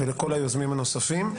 ולכל היוזמים הנוספים.